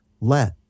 Let